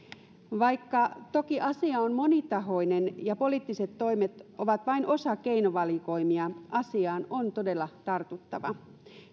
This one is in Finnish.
vaikka toki asia on monitahoinen ja poliittiset toimet ovat vain osa keinovalikoimia asiaan on todella tartuttava